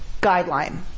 guideline